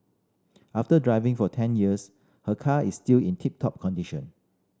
after driving for ten years her car is still in tip top condition